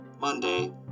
Monday